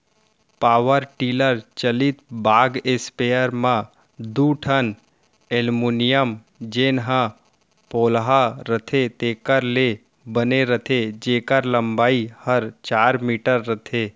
power tiller चलित बाग sprayer म दू ठन एलमोनियम जेन ह पोलहा रथे तेकर ले बने रथे जेकर लंबाई हर चार मीटर रथे